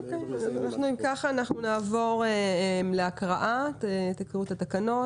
אם כך, נעבור להקראת התקנות.